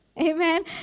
Amen